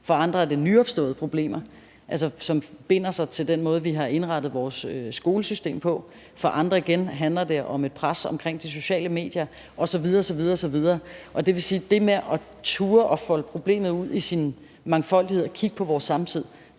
for andre er det nyopståede problemer, som binder sig til den måde, som vi har indrettet vores skolesystem på, for andre igen handler det om et pres i forbindelse med de sociale medier osv. osv. Det vil sige, at det at folde problemet ud i dets mangfoldighed og kigge på vores samtid